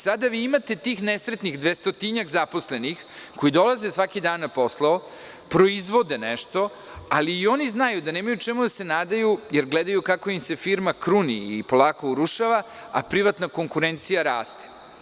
Sada vi imate tih nesrećnih dvestotinjak zaposlenih koji dolaze svaki dan na posao, proizvode nešto, ali i oni znaju da nemaju čemu da se nadaju, jer gledaju kako im se firma kruni i polako urušava, a privatna konkurencija raste.